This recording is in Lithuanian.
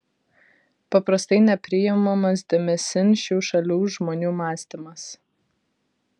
paprastai nepriimamas dėmesin šių šalių žmonių mąstymas